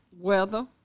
Weather